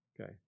Okay